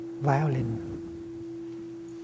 violin